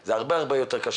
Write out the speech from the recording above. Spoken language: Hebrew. זה הרבה יותר קשה.